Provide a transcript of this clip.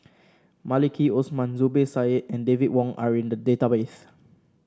Maliki Osman Zubir Said and David Wong are in the database